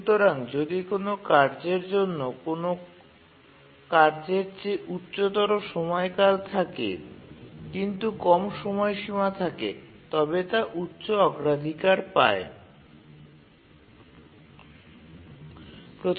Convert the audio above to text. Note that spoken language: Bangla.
সুতরাং যদি একটি কার্যের সময়কাল অন্য কোন কার্যের চেয়ে বেশি হয় কিন্তু সময়সীমাটি কম হয় তবে সেই কার্যের অগ্রাধিকারকে বেশি বলে ধরা হয়